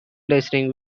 wrestling